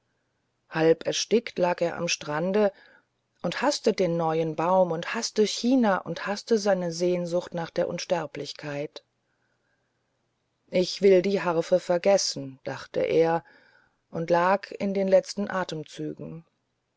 halb erstickt lag er am strande und haßte den neuen baum und haßte china und haßte seine sehnsucht nach der unsterblichkeit ich will die harfe vergessen dachte er und lag in den letzten atemzügen